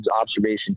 observation